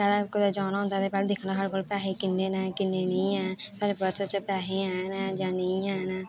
पैह्लें कुतै जाना होंदा ते पैह्लें दिक्खना साढ़े कोल पैहे किन्ने न किन्ने नेईं ऐ साढ़े पर्स च पैहे हैन जां नेईं हैन न